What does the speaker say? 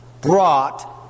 brought